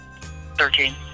Thirteen